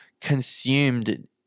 consumed